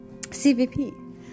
CVP